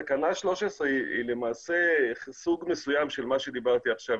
תקנה 13 היא למעשה סוג מסוים של מה שאמרתי עכשיו.